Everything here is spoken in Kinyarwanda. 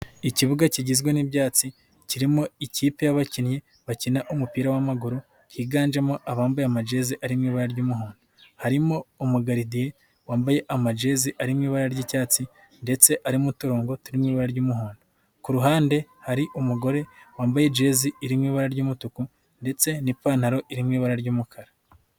Ikibuga kigizwe n'ibyatsi kirimo ikipe y'abakinnyi bakina umupira w'amaguru higanjemo abambaye amajezi arimo ibara ry'umuhondo. Harimo umugaridiye wambaye amajezi ari mu ibara ry'icyatsi, ndetse arimo uturongo turi mu ibara ry'umuhondo, ku ruhande hari umugore wambaye jezi irimo ibara ry'umutuku ndetse n'ipantaro iri mu ibara ry'umukara.